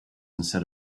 instead